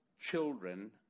children